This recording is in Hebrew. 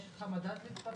יש לך מדד להתפרצות?